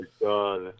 God